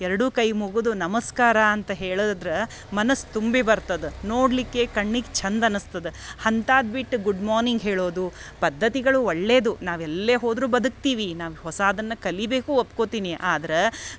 ಎರಡೂ ಕೈ ಮುಗುದು ನಮಸ್ಕಾರ ಅಂತ ಹೇಳುದ್ರ ಮನಸ್ಸು ತುಂಬಿ ಬರ್ತದ ನೋಡಲಿಕ್ಕೆ ಕಣ್ಣಿಗೆ ಚಂದ್ ಅನಿಸ್ತದ ಹಂತಾದ್ಬಿಟ್ ಗುಡ್ ಮಾರ್ನಿಂಗ್ ಹೇಳೋದು ಪದ್ಧತಿಗಳು ಒಳ್ಳೇಯದು ನಾವೆಲ್ಲೆ ಹೋದರೂ ಬದುಕ್ತಿವಿ ನಾವು ಹೊಸಾದನ್ನ ಕಲಿಯಬೇಕು ಒಪ್ಕೋತೀನಿ ಆದ್ರ